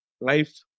Life